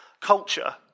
culture